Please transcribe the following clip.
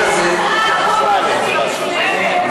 יש הצעת חוק ממשלתית מצוינת.